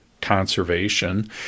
conservation